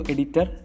Editor